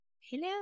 Hello